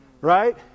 right